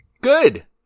good